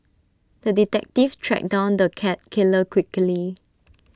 the detective tracked down the cat killer quickly